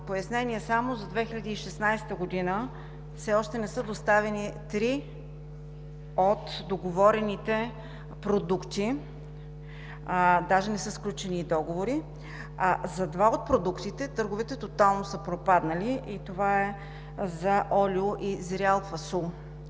пояснение само: за 2016 г. все още не са доставени три от договорените продукти, даже не са сключени и договори, а за два от продуктите търговете тотално са пропаднали и това е за олио и зрял фасул.